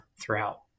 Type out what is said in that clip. throughout